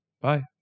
bye